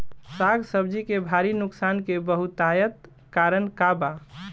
साग सब्जी के भारी नुकसान के बहुतायत कारण का बा?